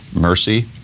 mercy